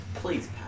Please